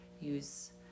use